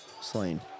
slain